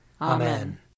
Amen